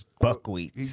Buckwheat